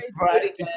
right